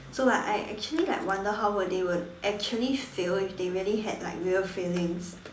so like I actually like wonder how would they would actually feel if they really had like real feelings